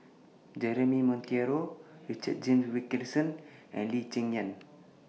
Jeremy Monteiro Richard James Wilkinson and Lee Cheng Yan